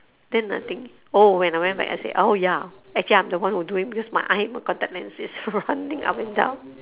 then I think oh when I went back I said oh ya actually I'm the one who do it because my eye my contact lens is running up and down